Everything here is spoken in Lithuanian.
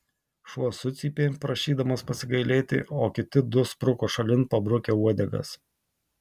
šuo sucypė prašydamas pasigailėti o kiti du spruko šalin pabrukę uodegas